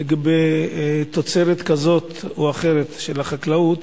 לגבי תוצרת כזו או אחרת של החקלאות,